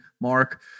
Mark